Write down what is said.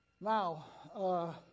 now